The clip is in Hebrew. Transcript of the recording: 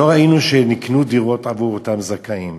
ולא ראינו שנקנו דירות עבור אותם זכאים.